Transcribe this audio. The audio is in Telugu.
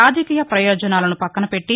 రాజకీయ ప్రయోజనాలను పక్కనపెట్టి